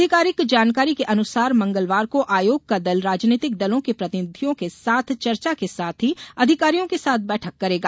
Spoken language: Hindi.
अधिकारिक जानकारी के अनुसार मंगलवार को आयोग का दल राजनीतिक दलों के प्रतिनिधियों के साथ चर्चा के साथ ही अधिकारियों के साथ बैठक करेगा